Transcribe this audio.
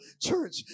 church